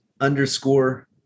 underscore